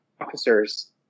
officers